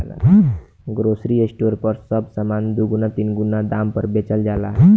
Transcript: grocery store पर सब सामान दुगुना तीन गुना दाम पर बेचल जाला